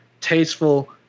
tasteful